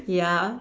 ya